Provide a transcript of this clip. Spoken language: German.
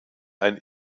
ein